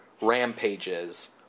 rampages